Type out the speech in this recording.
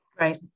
Right